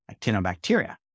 actinobacteria